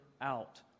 out